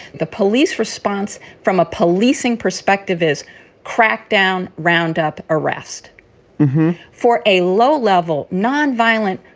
the police response from a policing perspective is crack down roundup. arrest for a low level, non-violent,